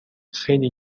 خیلی